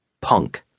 Punk